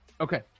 Okay